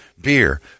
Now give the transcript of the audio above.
beer